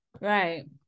Right